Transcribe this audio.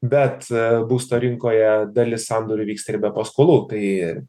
bet būsto rinkoje dalis sandorių vyksta ir be paskolų tai